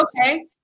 okay